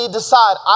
decide